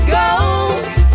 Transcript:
Ghost